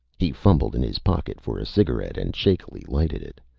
he fumbled in his pocket for a cigarette and shakily lighted it.